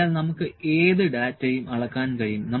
അതിനാൽ നമുക്ക് ഏത് ഡാറ്റയും അളക്കാൻ കഴിയും